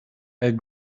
had